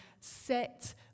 set